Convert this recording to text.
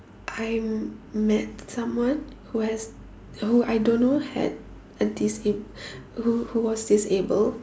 I met someone who has who I don't know had a disable who who was disabled